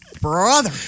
brother